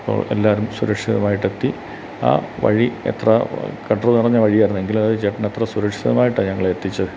അപ്പോൾ എല്ലാവരും സുരക്ഷിതമായിട്ട് എത്തി ആ വഴി എത്ര ഗട്ടർ നിറഞ്ഞ വഴിയായിരുന്നെങ്കിലും അത് ചേട്ടൻ അത്ര സുരക്ഷിതമായിട്ടാണ് ഞങ്ങളെ എത്തിച്ചത്